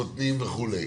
בוטנים וכולי.